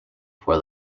for